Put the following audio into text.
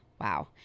Wow